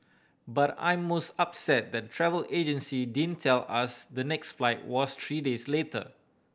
but I'm most upset that the travel agency didn't tell us the next flight was three days later